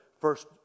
first